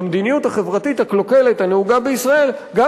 במדיניות החברתית הקלוקלת הנהוגה בישראל גם